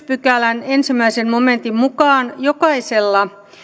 pykälän ensimmäisen momentin mukaan jokaisella